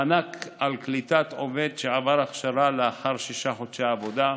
מענק על קליטת עובד שעבר הכשרה לאחר שישה חודשי עבודה,